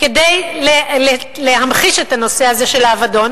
כדי להמחיש את הנושא הזה של האבדון,